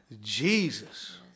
Jesus